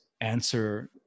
answer